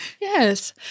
Yes